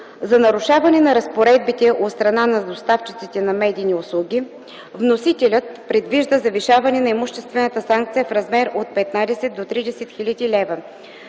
За нарушаване на разпоредбите от страна на доставчиците на медийни услуги вносителят предвижда завишаване на имуществената санкция в размер от 15 000 до 30 000 лв.